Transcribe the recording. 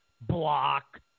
Block